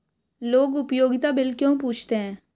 लोग उपयोगिता बिल क्यों पूछते हैं?